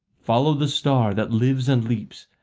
follow the star that lives and leaps,